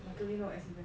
luckily no accident